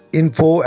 info